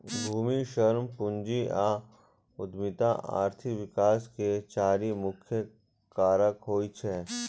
भूमि, श्रम, पूंजी आ उद्यमिता आर्थिक विकास के चारि मुख्य कारक होइ छै